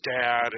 dad